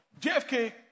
JFK